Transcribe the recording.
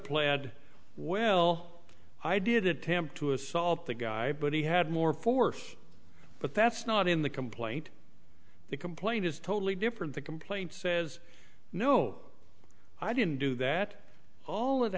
pled well i did attempt to assault the guy but he had more force but that's not in the complaint the complaint is totally different the complaint says no i didn't do that all of